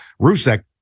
Rusek